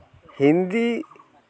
ᱵᱤᱫᱷᱟᱹ